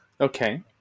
Okay